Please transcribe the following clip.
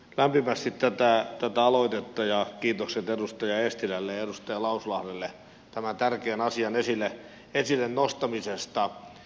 tuen lämpimästi tätä aloitetta ja kiitokset edustaja eestilälle ja edustaja lauslahdelle tämän tärkeän asian esille nostamisesta